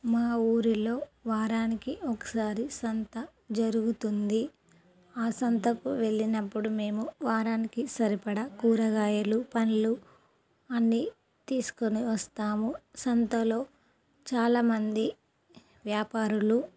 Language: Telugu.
మా ఊరిలో వారానికి ఒకసారి సంత జరుగుతుంది ఆ సంతకు వెళ్ళినప్పుడు మేము వారానికి సరిపడ కూరగాయలు పండ్లు అన్నీ తీసుకుని వస్తాము సంతలో చాలామంది వ్యాపారులు